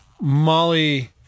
Molly